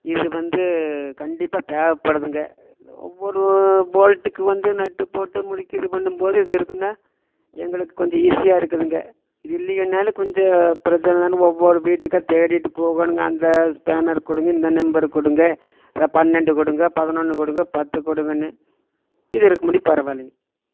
இது வந்து கண்டிப்பாக தேவைபடுதுங்க ஒரு போல்ட்டுக்கு வந்து நட்டுப்போட்டு முறுக்கி இது பண்ணும் போது இது இருந்தா எங்களுக்கு கொஞ்சம் ஈஸியாக இருக்குதுங்க இது இல்லையினாலும் கொஞ்சம் பிரச்சனைதான்னு ஒவ்வொருவீட்டுக்காக தேடிகிட்டு போகணுங்க அந்த ஸ்பேனர் கொடுங்க இந்த நெம்பர் கொடுங்க ஆ பன்னெண்டு கொடுங்க பதுனொன்று கொடுங்க பத்து கொடுங்கன்னு இது இருக்கும்படி பரவா இல்லைங்க